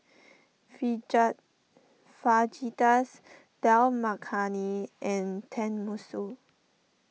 Fajitas Dal Makhani and Tenmusu